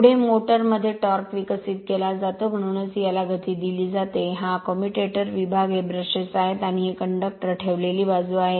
पुढे मोटर मध्ये टॉर्क विकसित केला जातो म्हणूनच याला गती दिली जाते हा कम्युटेटर विभाग हे ब्रशेस आहेत आणि ही कंडक्टर ठेवलेली बाजू आहे